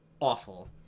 awful